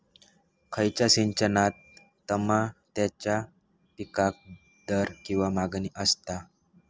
खयच्या सिजनात तमात्याच्या पीकाक दर किंवा मागणी आसता?